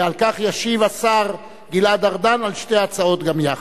ועל כך ישיב השר גלעד ארדן, על שתי ההצעות גם יחד.